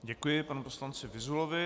Děkuji panu poslanci Vyzulovi.